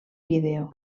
vídeo